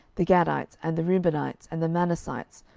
the gadites, and the reubenites, and the manassites,